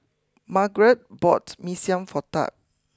Margeret bought Mee Siam for Tab